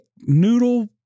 noodle